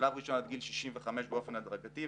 בשלב ראשון עד גיל 65 באופן הדרגתי,